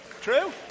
True